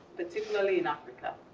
particularly in africa.